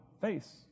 face